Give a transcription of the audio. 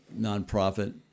nonprofit